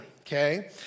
okay